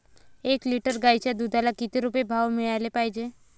एक लिटर गाईच्या दुधाला किती रुपये भाव मिळायले पाहिजे?